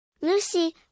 Lucy